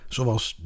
Zoals